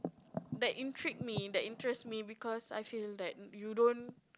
that intrigue me that interest me because I feel that you don't